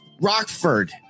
Rockford